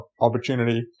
opportunity